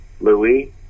Louis